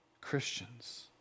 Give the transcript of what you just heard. Christians